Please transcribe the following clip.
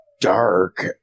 dark